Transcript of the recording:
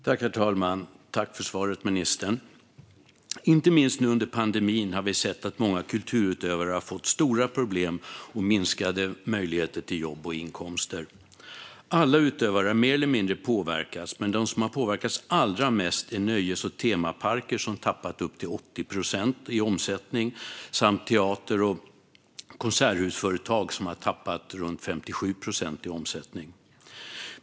Herr talman! Tack för svaret, ministern! Inte minst under pandemin har vi sett att många kulturutövare har fått stora problem och minskade möjligheter till jobb och inkomster. Alla utövare har mer eller mindre påverkats. Men de som har påverkats allra mest är nöjes och temaparker, som tappat upp till 80 procent i omsättning, samt teater och konserthusföretag, som har tappat 57 procent i omsättning.